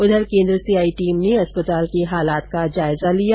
उधर केन्द्र से आई टीम ने अस्पताल के हालात का जायजा लिया